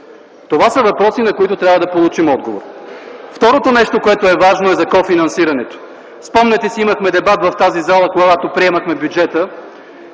Това са въпроси, на които трябва да получим отговор. Второто нещо, което е важно, е за кофинансирането. Спомняте си, че имахме дебат в тази зала, когато приемахме бюджета,